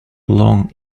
long